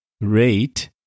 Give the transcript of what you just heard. rate